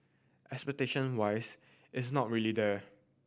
expectation wise it's not really there